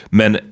men